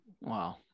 wow